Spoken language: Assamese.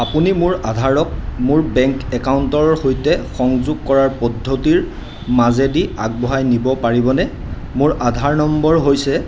আপুনি মোৰ আধাৰক মোৰ বেংক একাউণ্টৰ সৈতে সংযোগ কৰাৰ পদ্ধতিৰ মাজেদি আগবঢ়াই নিব পাৰিবনে মোৰ আধাৰ নম্বৰ হৈছে